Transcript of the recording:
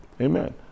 Amen